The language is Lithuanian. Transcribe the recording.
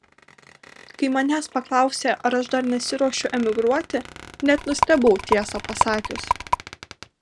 kai manęs paklausė ar aš dar nesiruošiu emigruoti net nustebau tiesą pasakius